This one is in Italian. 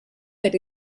per